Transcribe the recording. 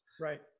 right